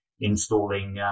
installing